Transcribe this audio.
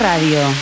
Radio